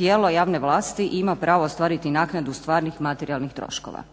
tijelo javne vlasti ima pravo ostvariti naknadu stvarnih materijalnih troškova.